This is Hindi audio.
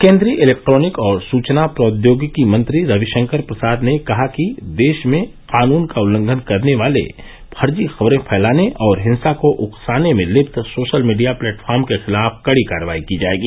केन्द्रीय इलेक्ट्रोनिक और सूचना प्रौद्योगिकी मंत्री रविशंकर प्रसाद ने कहा कि देश में कानून का उल्लंघन करने वाले फर्जी खबरे फैलाने और हिंसा को उकसाने में लित सोशल मीडिया प्लेटफार्म के खिलाफ कड़ी कार्रवाई की जाएगी